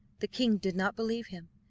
the king did not believe him,